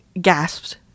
gasped